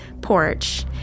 porch